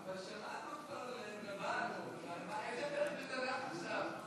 איזה פרק בתנ"ך עכשיו?